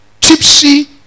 tipsy